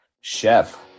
Chef